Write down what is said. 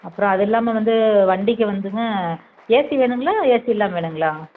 அப்புறோம் அதுல்லாமல் வந்து வண்டிக்கு வந்துங்க ஏசி வேணுங்களா ஏசி இல்லாமல் வேணுங்களா